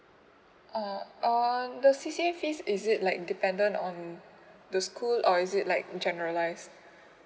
uh err the C C A fees is it like dependent on the school or is it like generalise